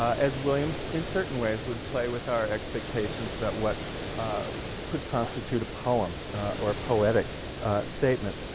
as williams in certain ways would play with our expectations about what could constitute a poem or poetic statement.